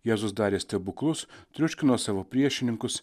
jėzus darė stebuklus triuškino savo priešininkus